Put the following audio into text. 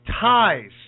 Ties